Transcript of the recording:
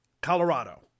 Colorado